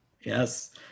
Yes